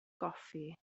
goffi